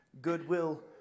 goodwill